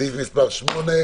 סעיף 1(2)(2א)(א)